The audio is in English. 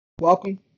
Welcome